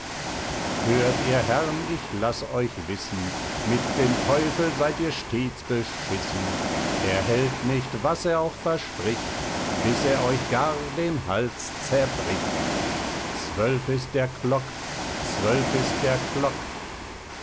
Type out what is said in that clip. hört ihr herrn ich laß euch wißen mit dem teufel seid ihr stäts besch er hält nicht was er auch verspricht bis er euch gar den hals zerbricht zwölf ist der klock zwölf ist der klock